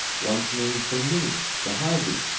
one's named for me, the harvey,